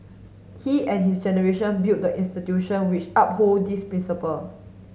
he and his generation built the institution which uphold these principle